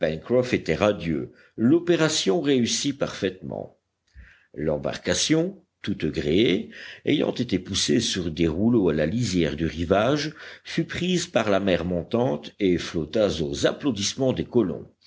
était radieux l'opération réussit parfaitement l'embarcation toute gréée ayant été poussée sur des rouleaux à la lisière du rivage fut prise par la mer montante et flotta aux applaudissements des colons